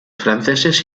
franceses